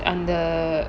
and the